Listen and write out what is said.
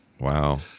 Wow